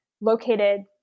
located